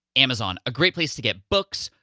amazon, a great place to get books,